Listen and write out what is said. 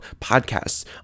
podcasts